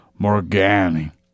Morgani